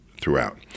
throughout